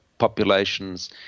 populations